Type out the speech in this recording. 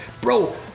bro